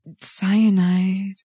Cyanide